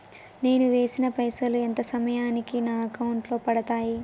నేను వేసిన పైసలు ఎంత సమయానికి నా అకౌంట్ లో పడతాయి?